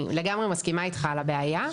אני לגמרי מסכימה איתך על הבעיה.